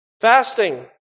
Fasting